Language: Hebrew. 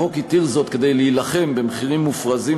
החוק התיר זאת כדי להילחם במחירים מופרזים